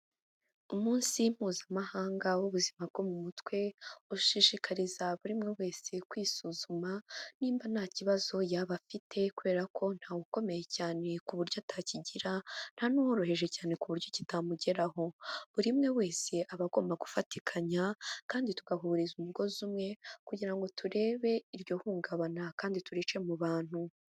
Umunsi mpuzamahanga w'ubuzima bwo mu mutwe, ushishikariza buri umwe wese kwisuzuma, nimba nta kibazo yaba afite, kubera ko ntawe ukomeye cyane ku buryo atakigira, nta n'uworoheje cyane ku buryo kitamugeraho, buri umwe wese aba agomba gufatikanya, kandi tugahuriza umugozi umwe, kugira ngo turebe iryo hungabana, kandi turice mu bantu.